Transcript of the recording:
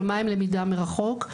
יומיים למידה מרחוק.